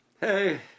Hey